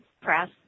press